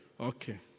Okay